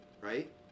right